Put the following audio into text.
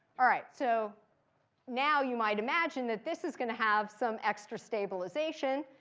all right, so now you might imagine that this is going to have some extra stabilization.